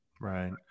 Right